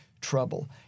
trouble